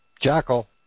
Jackal